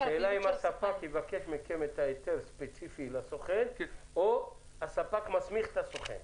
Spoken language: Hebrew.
השאלה אם הספק יבקש מכם היתר ספציפי לסוכן או הספק מסמיך את הסוכן.